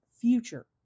future